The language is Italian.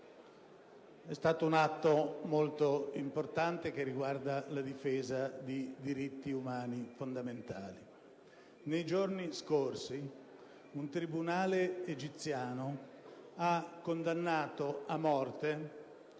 È stato un atto molto importante che riguarda la difesa di diritti umani fondamentali. Nei giorni scorsi, un tribunale egiziano ha condannato a morte